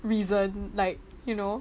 reason like you know